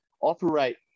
operate